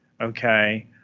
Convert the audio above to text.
okay